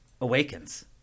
Awakens